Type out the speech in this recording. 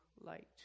light